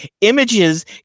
images